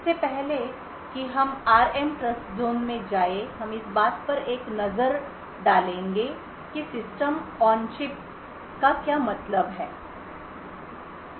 इससे पहले कि हम एआरएम ट्रस्टज़ोन में जाएं हम इस बात पर एक नज़र डालेंगे कि सिस्टम ऑन चिप का क्या मतलब है